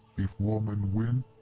if woman win,